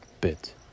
bit